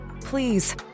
please